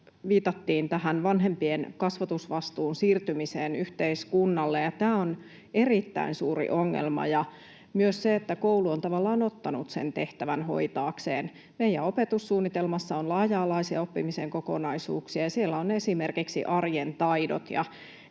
viitattiin tähän vanhempien kasvatusvastuun siirtymiseen yhteiskunnalle, ja tämä on erittäin suuri ongelma ja myös se, että koulu on tavallaan ottanut sen tehtävän hoitaakseen. Meidän opetussuunnitelmassamme on laaja-alaisia oppimisen kokonaisuuksia ja siellä on esimerkiksi arjen taidot.